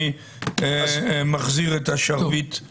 אני מחזיר את השרביט ליושב ראש הוועדה.